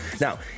Now